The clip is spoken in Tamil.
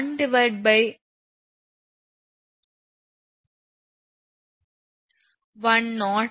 WL2H 13